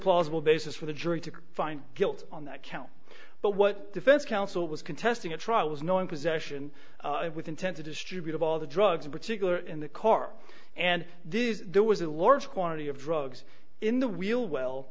plausible basis for the jury to find guilt on that count but what defense counsel was contesting at trial was no one possession with intent to distribute of all the drugs in particular in the car and this there was a large quantity of drugs in the wheel well